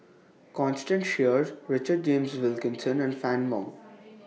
Constance Sheares Richard James Wilkinson and Fann Wong